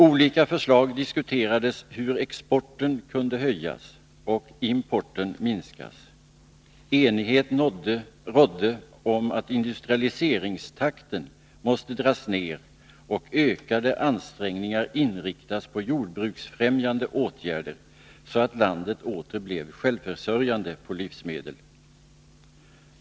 Olika förslag Nr 64 diskuterades om hur exporten kunde höjas och importen minskas. Enighet Torsdagen den rådde om att industrialiseringstakten måste dras ner och ökade ansträng 20 januari 1983 ningar inriktas på jordbruksfrämjande åtgärder så att landet åter blev självförsörjande på livsmedel.